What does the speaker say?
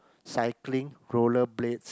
cycling roller blades